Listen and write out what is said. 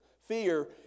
fear